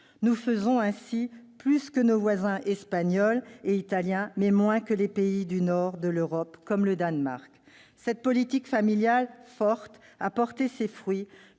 nous faisons davantage que nos voisins Espagnols et Italiens, mais moins que les pays du nord de l'Europe, comme le Danemark. Cette politique familiale forte a porté ses fruits,